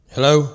Hello